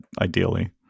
Ideally